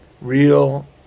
Real